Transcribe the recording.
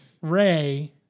Ray